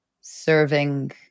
serving